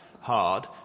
hard